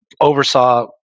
oversaw